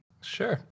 Sure